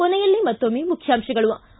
ಕೊನೆಯಲ್ಲಿ ಮತ್ತೊಮ್ಮೆ ಮುಖ್ಯಾಂಶಗಳು